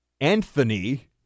Anthony